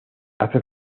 hace